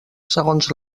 segons